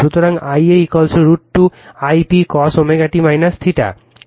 সুতরাং Ia √ 2 I p cos ω t θ